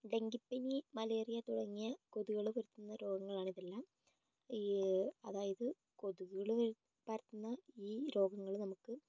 ഡെങ്കിപ്പനി മലേറിയ തുടങ്ങിയ കൊതുകുകൾ പരത്തുന്ന രോഗങ്ങൾ ആണ് ഇവയെല്ലാം അതായത് കൊതുകുകൾ പരത്തുന്ന ഈ രോഗങ്ങൾ നമുക്ക്